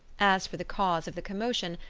as for the cause of the commotion,